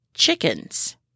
chickens